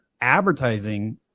advertising